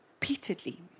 repeatedly